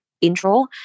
intro